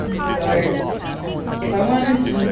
so if i wanted to,